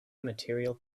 material